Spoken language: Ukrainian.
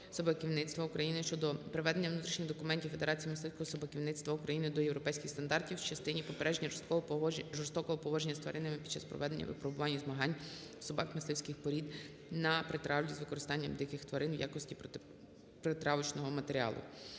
собаківництва України щодо приведення внутрішніх документів Федерації мисливського собаківництва України до європейських стандартів в частині попередження жорстокого поводження з тваринами під час проведення випробувань і змагань собак мисливських порід на притравлі з використанням диких тварин в якості притравочного матеріалу.